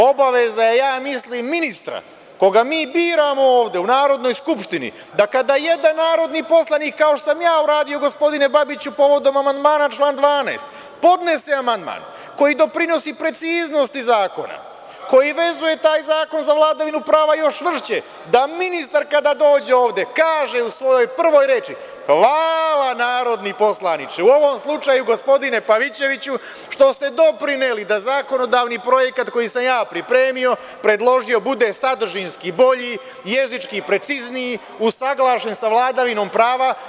Obaveza je, ja mislim ministra, koga mi biramo ovde u Narodnoj skupštini, da kada jedan narodni poslanik, kao što sam ja uradio, gospodine Babiću, povodom amandmana na član 12, podnese amandman koji doprinosi preciznosti zakona, koji vezuje taj zakon za vladavinu prava još čvršće, da ministar kada dođe, kaže u svojoj prvoj reči – hvala narodni poslaniče, u ovom slučaju gospodine Pavićeviću, što ste doprineli da zakonodavni projekat koji sam ja pripremio, predložio bude sadržinski bolji, jezički precizniji, usaglašen sa vladavinom prava.